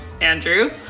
Andrew